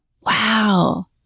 Wow